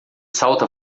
salta